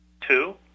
Two